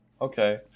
okay